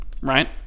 right